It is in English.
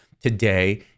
today